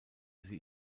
sie